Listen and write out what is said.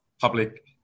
Public